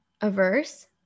averse